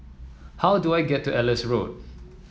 how do I get to Ellis Road